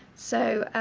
so